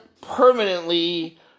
Permanently